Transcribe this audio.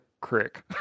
Crick